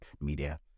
media